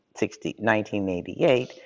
1988